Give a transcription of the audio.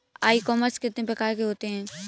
ई commerce कितने प्रकार के होते हैं?